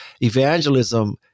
Evangelism